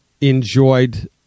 enjoyed